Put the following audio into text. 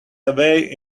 away